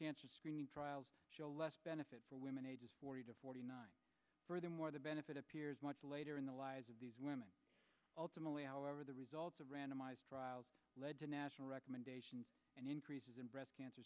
cancer screening trials show less benefit for women ages forty to forty nine furthermore the benefit appears much later in the lives of these women ultimately however the results of randomized trials led to national recommendations and increases in breast cancer